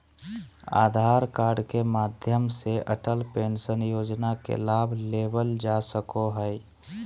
आधार card के माध्यम से अटल पेंशन योजना के लाभ लेवल जा सको हय